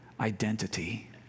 identity